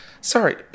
Sorry